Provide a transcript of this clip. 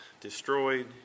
destroyed